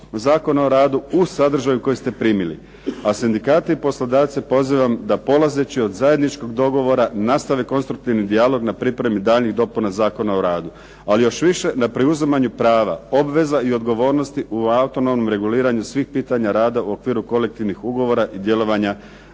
Zakona o radu u sadržaju koji ste primili, a poslodavce i sindikate pozivam da polazeći od zajedničkog dogovora nastave konstruktivni dijalog na pripremi daljnjih dopuna Zakona o radu ali još više na preuzimanju prava obveza i odgovornosti u autonomnom reguliranju svih pitanja rada u okviru kolektivnih ugovora i djelovanja